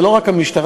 זה לא רק המשטרה,